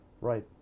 Right